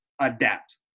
adapt